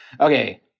Okay